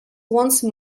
once